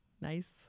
Nice